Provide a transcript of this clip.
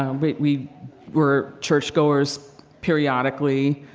um we we were church-goers periodically,